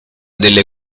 delle